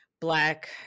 black